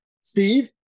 Steve